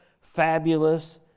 fabulous